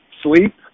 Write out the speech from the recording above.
sleep